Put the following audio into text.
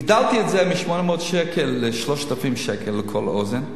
הגדלתי את זה מ-800 שקל ל-3,000 שקל לכל אוזן,